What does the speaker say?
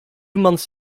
months